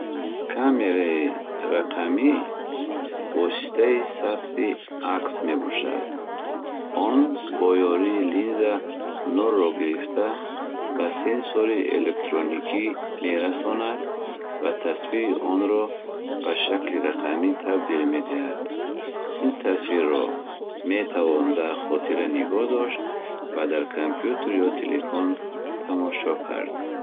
Камераи рақамӣ воситаи сабти акс мебошад. Он бо ёрии линза нурро гирифта, ба сенсори электроникӣ мерасонад ва тасвири онро ба шакли рақамӣ табдил медиҳад. Ин тасвирро метавон дар хотира нигоҳ дошт ва дар компютер ё телефон тамошо кард.